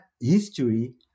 history